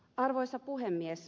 arvoisa puhemies